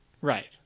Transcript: Right